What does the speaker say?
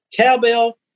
cowbell